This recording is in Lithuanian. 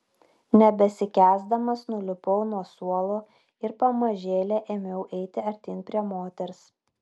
nebesikęsdamas nulipau nuo suolo ir pamažėle ėmiau eiti artyn prie moters